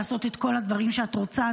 לעשות את כל הדברים שאת רוצה.